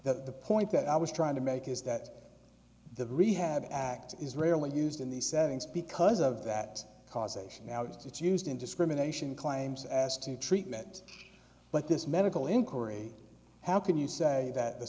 that the point that i was trying to make is that the rehab act is rarely used in the settings because of that causation now it's used in discrimination claims as to treatment but this medical inquiry how can you say that the